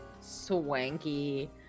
swanky